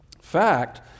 fact